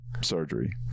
surgery